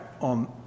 on